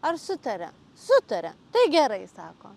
ar sutaria sutaria tai gerai sako